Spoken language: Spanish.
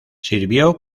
sirvió